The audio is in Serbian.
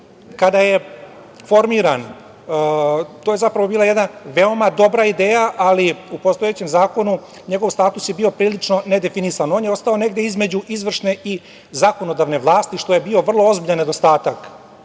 kada je formiran, to je zapravo bila jedna veoma dobra ideja, ali u postojećem zakonu njegov status je bio prilično nedefinisan. On je ostao negde između izvršne i zakonodavne vlasti što je bio vrlo ozbiljan nedostatak. Takođe,